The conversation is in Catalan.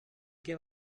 què